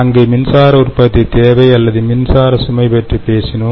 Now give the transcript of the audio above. அங்கு மின்சாரஉற்பத்தி தேவை அல்லது மின்சாரம் சுமை பற்றி பேசினோம்